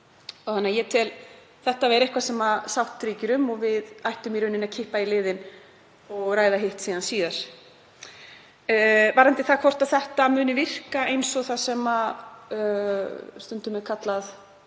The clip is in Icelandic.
þannig að ég tel þetta vera eitthvað sem sátt ríkir um og við ættum í rauninni að kippa í liðinn og ræða hitt síðar. Varðandi það hvort þetta muni virka eins og það sem stundum er kallað